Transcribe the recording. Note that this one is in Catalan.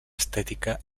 estètica